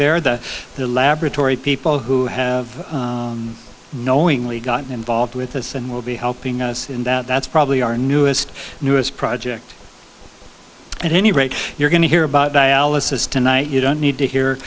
there that the laboratory people who have knowingly gotten involved with us and will be helping us in that that's probably our newest newest project at any rate you're going to hear about dialysis tonight you don't need to hear